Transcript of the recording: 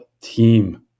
team